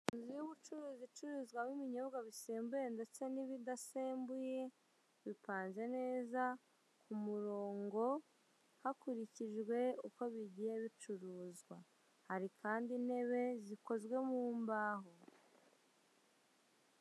Inzu y'ubucuruzi icururizwamo ibinyobwa bisembuye n'ibidasembuye bipanze neza ku murongo hakurikijwe uko bigiye bicuruzwa. Hari kandi intebe zikoze mu mbaho.